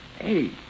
Hey